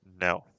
No